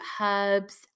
herbs